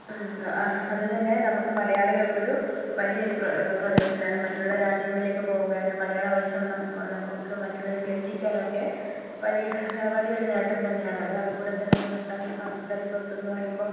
അത് തന്നെ നമുക്ക് മലയാളികൾക്കൊരു വലിയൊരു പ്രചോദനാണ് മറ്റുള്ള രാജ്യങ്ങളിലേക്ക് പോകാനും മലയാളഭാഷ നമുക്ക് നമുക്ക് മറ്റുള്ളവരിലേക്ക് എത്തിക്കാനുവൊക്കെ വലിയ വലിയൊരു നേട്ടം തന്നെയാണത് അതുപോലെ തന്നെ സംസ്ഥാന സാംസ്കാരിക സ്വത്തെന്ന് പറയുമ്പൊ